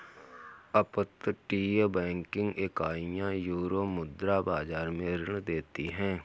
अपतटीय बैंकिंग इकाइयां यूरोमुद्रा बाजार में ऋण देती हैं